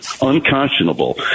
Unconscionable